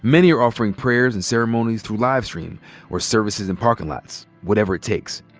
many are offering prayers and ceremonies through livestream or services in parking lots, whatever it takes.